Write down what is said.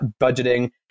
budgeting